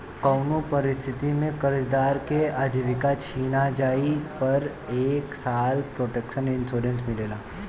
कउनो परिस्थिति में कर्जदार के आजीविका छिना जिए पर एक साल प्रोटक्शन इंश्योरेंस मिलेला